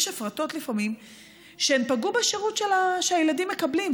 יש הפרטות שלפעמים פגעו בשירות שהילדים מקבלים.